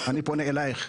אני פונה אליך,